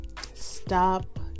stop